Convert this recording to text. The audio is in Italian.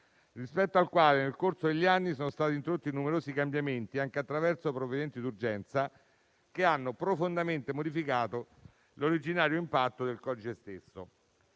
rispetto al quale nel corso degli anni sono stati introdotti numerosi cambiamenti, anche attraverso provvedimenti d'urgenza, che hanno profondamente modificato l'originario impianto del codice stesso.